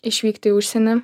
išvykti į užsienį